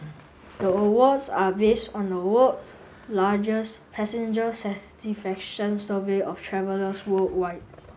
the awards are based on the world's largest passenger satisfaction survey of travellers worldwide